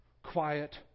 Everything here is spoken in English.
Quiet